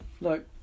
look